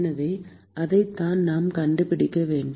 எனவே அதைத்தான் நாம் கண்டுபிடிக்க வேண்டும்